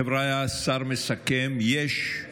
חבריא, שר מסכם, יש?